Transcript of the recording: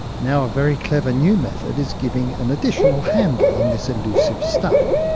now a very clever new method is giving an additional handle on this elusive stuff.